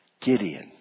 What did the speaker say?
Gideon